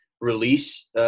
release